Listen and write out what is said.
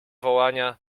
wołania